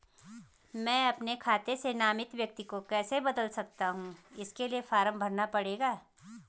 मैं अपने खाते से नामित व्यक्ति को कैसे बदल सकता हूँ इसके लिए फॉर्म भरना पड़ेगा?